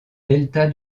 delta